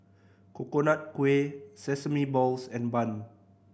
Coconut Kuih sesame balls and bun